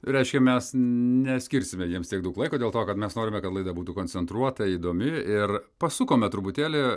reiškia mes neskirsime jiems tiek daug laiko dėl to kad mes norime kad laida būtų koncentruota įdomi ir pasukome truputėlį